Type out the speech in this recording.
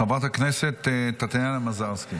חברת הכנסת טטיאנה מזרסקי.